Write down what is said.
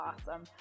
Awesome